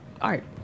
art